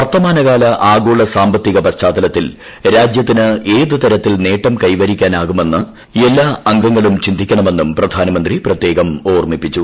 വർത്തമാനകാല ആഗോള സാമ്പത്തിക പശ്ചാത്തലത്തിൽ ്രാജ്യത്തിന് ഏതു തരത്തിൽ നേട്ടം കൈവരിക്കാനാകുമെന്ന് എപ്പാ അംഗങ്ങളും ചിന്തിക്കണമെന്നും പ്രധാനമന്ത്രി പ്രത്യേകം ഓർമ്മിപ്പിച്ചു